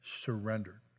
surrendered